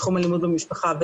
בתחום אלימות במשפחה,